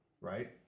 Right